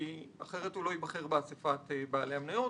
כי אחרת הוא לא ייבחר באסיפת בעלי המניות.